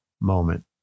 moment